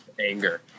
Anger